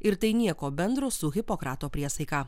ir tai nieko bendro su hipokrato priesaika